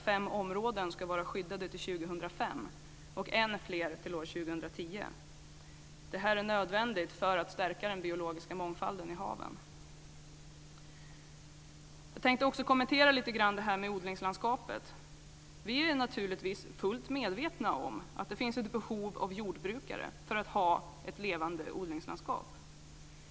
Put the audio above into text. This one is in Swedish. Fem områden ska vara skyddade till år 2005 och ännu fler till år 2010. Det här är nödvändigt för att stärka den biologiska mångfalden i haven. Jag tänkte också lite grann kommentera det här med odlingslandskapet. Vi är naturligtvis fullt medvetna om att det finns ett behov av jordbrukare för att vi ska kunna ha ett levande odlingslandskap.